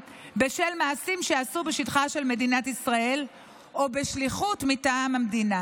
בשל מעשים שעשו מדינת ישראל או בשליחות מטעם המדינה.